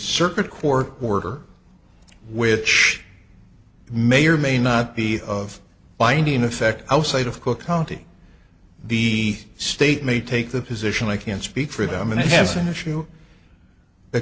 circuit court order which may or may not be of binding effect outside of cook county b state may take the position i can't speak for them and it has an issue